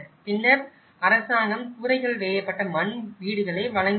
பின்னர் அரசாங்கம் கூரைகள் வேயப்பட்ட மண் வீடுகளை வழங்கியுள்ளது